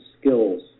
skills